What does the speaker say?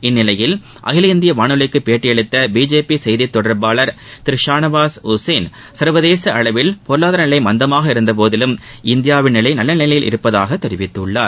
இந்நிலையில் அகில இந்திய வானொலிக்கு பேட்டியளித்த பிஜேபி செய்தி தொடர்பாளர் திரு ஷானவாஸ் உசேன் சர்வதேச அளவில் பொருளாதார நிலை மந்தமாக இருந்தபோதிலும் இந்தியாவின் நிலை நல்ல நிலையில இருப்பதாக தெரிவித்துள்ளார்